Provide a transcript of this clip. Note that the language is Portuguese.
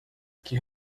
que